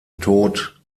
tod